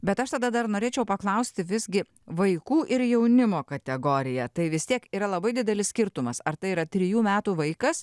bet aš tada dar norėčiau paklausti visgi vaikų ir jaunimo kategorija tai vis tiek yra labai didelis skirtumas ar tai yra trijų metų vaikas